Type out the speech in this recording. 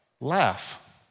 Laugh